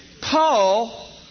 Paul